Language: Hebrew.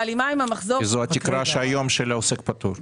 כי זו התקרה של העוסק הפטור היום.